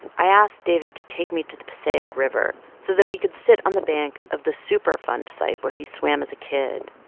i asked david to take me to the passaic river so that we could sit on the bank of the superfund site where he swam as a kid.